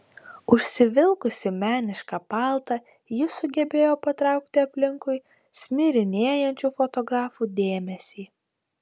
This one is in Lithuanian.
užsivilkusi menišką paltą ji sugebėjo patraukti aplinkui šmirinėjančių fotografų dėmesį